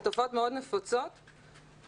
הן תופעות מאוד נפוצות וכרגע,